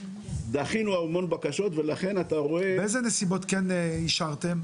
דחינו המון בקשות ולכן אתה רואה- -- באילו נסיבות כן אישרתם?